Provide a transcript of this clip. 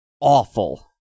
awful